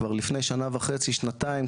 כבר לפני שנה וחצי שנתיים,